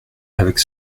avec